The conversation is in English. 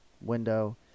window